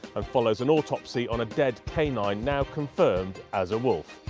and follows an autopsy on a dead canine now confirmed as a wolf.